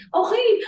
okay